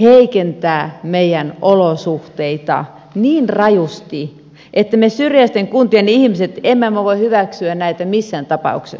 heikentää meidän olosuhteita niin rajusti että me syrjäisten kuntien ihmiset emme voi hyväksyä näitä missään tapauksessa